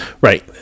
Right